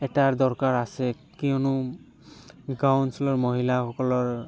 এটাৰ দৰকাৰ আছে কিয়নো গাওঁ অঞ্চলৰ মহিলাসকলৰ